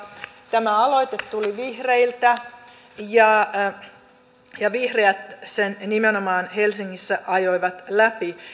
tämä aloite tuli vihreiltä ja nimenomaan vihreät sen helsingissä ajoivat läpi